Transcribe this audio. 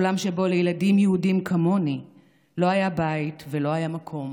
עולם שבו לילדים יהודים כמוני לא היה בית ולא היה מקום